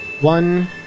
One